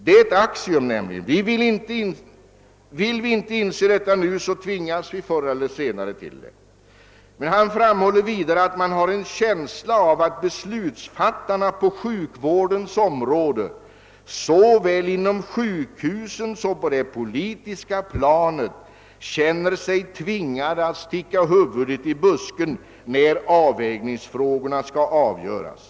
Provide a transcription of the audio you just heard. Det är nämligen ett axiom. Vill vi inte inse det nu, tvingas vi förr eller senare att göra det. Borghammar framhåller vidare att man har en känsla av att beslutsfattarna inom sjukvårdens område såväl på sjukhusen som på det politiska planet känner sig tvingade att sticka huvudet i busken när avvägningsfrågorna skall avgöras.